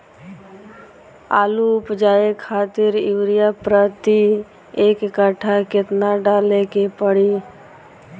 आलू उपजावे खातिर यूरिया प्रति एक कट्ठा केतना डाले के पड़ी?